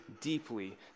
deeply